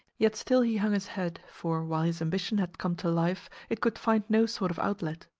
yet still he hung his head, for, while his ambition had come to life, it could find no sort of outlet.